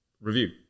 review